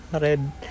red